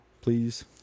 please